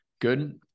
good